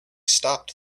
stopped